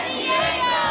Diego